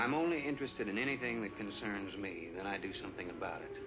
i'm only interested in anything that concerns me and i do something about it